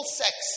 sex